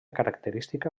característica